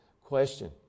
Question